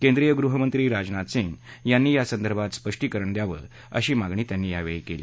केंद्रीय गृहमंत्री राजनाथ सिंग यांनी यासंदर्भात स्पष्टीकरण द्यावं अशी मागणी त्यांनी यावेळी केली